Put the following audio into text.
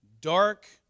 dark